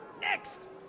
Next